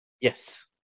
Yes